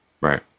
Right